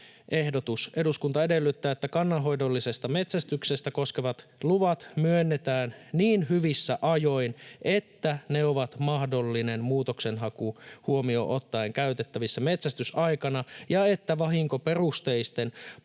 ”Eduskunta edellyttää, että kannanhoidollista metsästystä koskevat luvat myönnetään niin hyvissä ajoin, että ne ovat mahdollinen muutoksenhaku huomioon ottaen käytettävissä metsästysaikana ja että vahinkoperusteisten poikkeuslupien